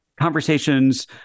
conversations